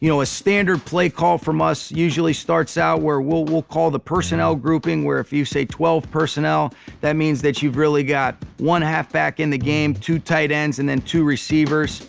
you know a standard play call from us usually starts out where we'll we'll call the personnel grouping where if you say twelve personnel that means that you've really got one half back in the game, two tight ends and then two receivers